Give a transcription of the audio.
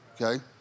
okay